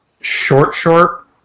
short-short